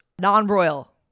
non-royal